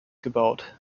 gebaut